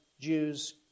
Jews